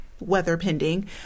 weather-pending